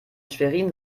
schwerin